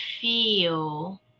feel